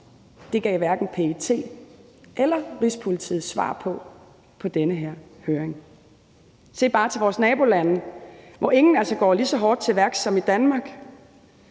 Det gav hverken PET eller Rigspolitiet svar på ved denne høring. Se bare til vores nabolande, hvor ingen altså går lige så hårdt til værks som i Danmark.